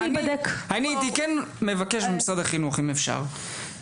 הייתי כן מבקש ממשרד החינוך אם אפשר,